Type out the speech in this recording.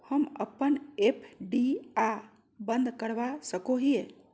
हम अप्पन एफ.डी आ बंद करवा सको हियै